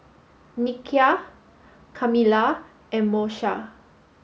Nikia Kamilah and Moesha